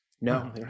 No